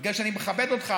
בגלל שאני מכבד אותך,